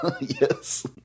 Yes